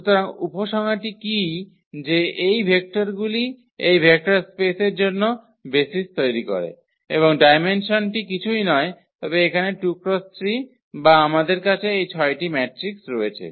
সুতরাং উপসংহারটি কী যে এই ভেক্টরগুলি এই ভেক্টর স্পেসের জন্য বেসিস তৈরি করে এবং ডায়মেনসনটি কিছুই নয় তবে এখানে 2 × 3 বা আমাদের কাছে এই ছয়টি ম্যাট্রিক রয়েছে